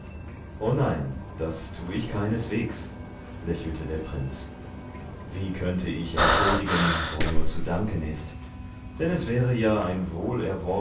o nein das tu ich keineswegs lächelte der prinz wie könnte ich entschuldigen wo nur zu danken ist denn es wäre ja ein